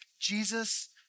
Jesus